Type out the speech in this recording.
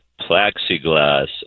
plexiglass